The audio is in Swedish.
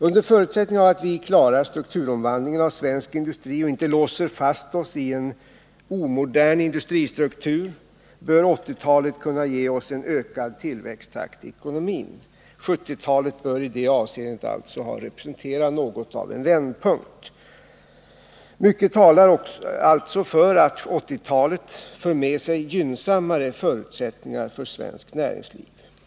Under förutsättning av att vi klarar strukturomvandlingen av svensk industri och inte låser fast oss i en omodern industristruktur bör 1980-talet kunna ge oss en ökad tillväxttakt i ekonomin. 1970-talet bör alltså i detta avseende beteckna något av en vändpunkt. Mycket talar alltså för att 1980-talet för med sig gynnsammare förutsättningar för svenskt näringsliv.